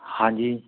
ਹਾਂਜੀ